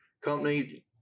company